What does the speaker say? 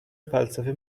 فلسفه